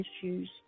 issues